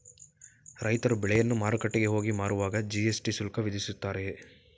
ರೈತರು ಬೆಳೆಯನ್ನು ಮಾರುಕಟ್ಟೆಗೆ ಹೋಗಿ ಮಾರುವಾಗ ಜಿ.ಎಸ್.ಟಿ ಶುಲ್ಕ ವಿಧಿಸುತ್ತಾರೆಯೇ?